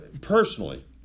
personally